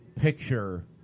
picture